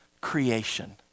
creation